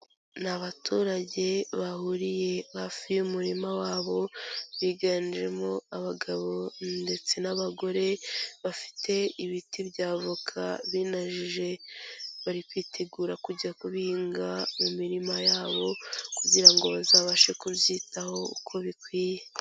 Ni abaturage bahuriye hafi y'umurima wabo, biganjemo abagabo ndetse n'abagore bafite ibiti by'avoka binajije, bari kwitegura kujya kubiga mu mirima yabo kugira ngo bazabashe kuzitaho uko bikwiye.